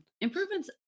Improvement's